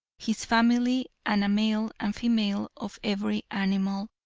his family and a male and female of every animal,